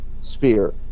sphere